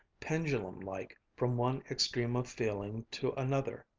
pendulum-like, from one extreme of feeling to another.